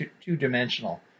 two-dimensional